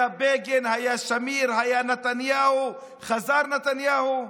היה בגין, היה שמיר, היה נתניהו, חזר נתניהו.